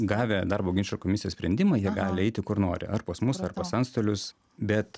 gavę darbo ginčų komisijos sprendimą jie gali eiti kur nori ar pas mus ar pas antstolius bet